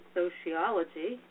sociology